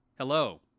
Hello